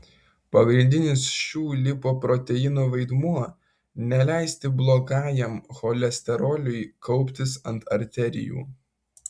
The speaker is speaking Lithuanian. pagrindinis šių lipoproteinų vaidmuo neleisti blogajam cholesteroliui kauptis ant arterijų